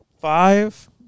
five